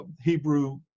Hebrew